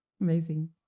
Amazing